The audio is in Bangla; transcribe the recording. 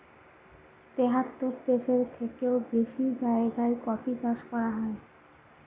তেহাত্তর দেশের থেকেও বেশি জায়গায় কফি চাষ করা হয়